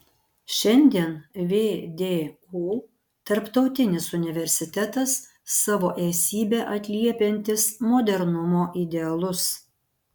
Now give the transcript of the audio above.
šiandien vdu tarptautinis universitetas savo esybe atliepiantis modernumo idealus